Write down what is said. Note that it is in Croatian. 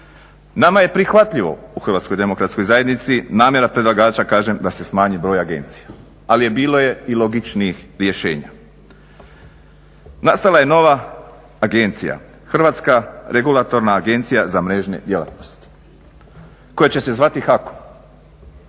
Nama je prihvatljivo u HDZ-u namjera predlagača da se smanji broj agencija, ali bilo je i logičnijih rješenja. Nastala je nova agencija, Hrvatska regulatorna agencija za mrežne djelatnosti koja će se zvati HAKOM.